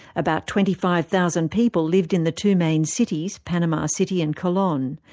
about twenty five thousand people lived in the two main cities, panama city and colon.